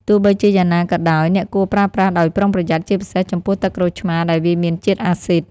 ទោះបីជាយ៉ាងណាក៏ដោយ អ្នកគួរប្រើប្រាស់ដោយប្រុងប្រយ័ត្ន ជាពិសេសចំពោះទឹកក្រូចឆ្មារដែលវាមានជាតិអាស៊ីដ។